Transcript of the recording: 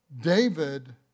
David